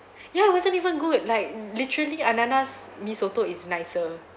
ya it wasn't even good like literally ananas's mee soto is nicer